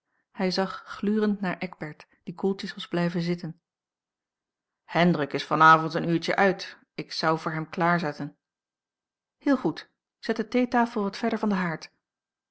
hij zag glurend naar eckbert die koeltjes was blijven zitten hendrik is van avond een uurtje uit ik zou voor hem klaar zetten heel goed zet de theetafel wat verder van den haard